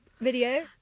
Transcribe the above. Video